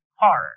horror